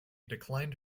declined